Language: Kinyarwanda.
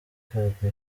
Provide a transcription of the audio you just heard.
akareka